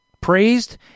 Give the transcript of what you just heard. praised